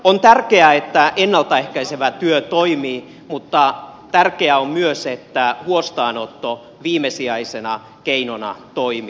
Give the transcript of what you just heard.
on tärkeää että ennalta ehkäisevä työ toimii mutta tärkeää on myös että huostaanotto viimesijaisena keinona toimii